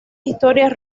historias